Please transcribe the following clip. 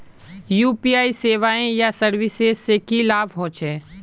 UPI सेवाएँ या services से की लाभ होचे?